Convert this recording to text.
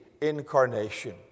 incarnation